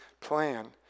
plan